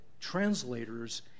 translators